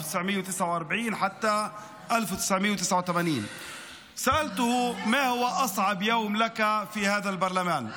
מ-1949 ועד 1989. שאלתי אותו: מה היה היום הכי קשה לך בפרלמנט הזה?